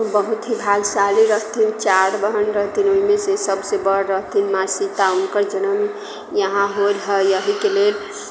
बहुत ही भाग्यशाली रहथिन चारि बहन रहथिन ओहिमेसँ सबसँ बड़ रहथिन माँ सीता हुनकर जनम यहाँ होलऽ हइ एहिके लेल